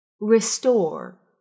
restore